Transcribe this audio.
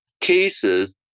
cases